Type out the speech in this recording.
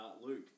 Luke